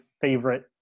favorite